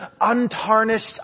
untarnished